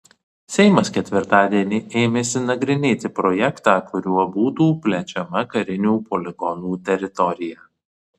seimas ketvirtadieni ėmėsi nagrinėti projektą kuriuo būtų plečiama karinių poligonų teritorija